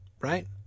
right